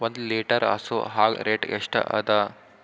ಒಂದ್ ಲೀಟರ್ ಹಸು ಹಾಲ್ ರೇಟ್ ಎಷ್ಟ ಅದ?